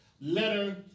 letter